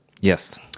Yes